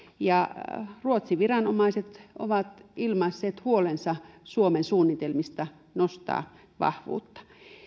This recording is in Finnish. ja ruotsin viranomaiset ovat ilmaisseet huolensa suomen suunnitelmista nostaa vahvuutta